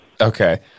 Okay